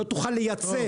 לא תוכל לייצא.